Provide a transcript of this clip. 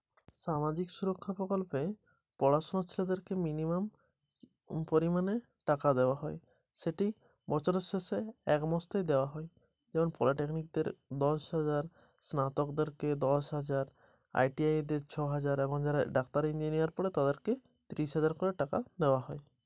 সামাজিক ন্যায় ও সুরক্ষা প্রকল্পে প্রতি মাসে আমি কিভাবে টাকা পাবো?